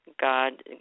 God